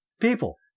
people